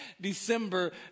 December